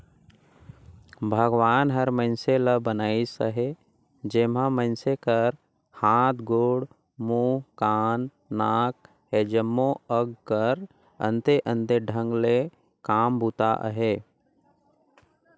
भगवान हर मइनसे ल बनाइस अहे जेम्हा मइनसे कर हाथ, गोड़, मुंह, कान, नाक ए जम्मो अग कर अन्ते अन्ते ढंग ले काम बूता अहे